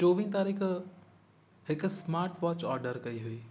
चोवीह तारीख़ हिकु स्माटवाच ऑडर कई हुई